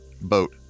boat